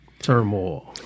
Turmoil